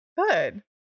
good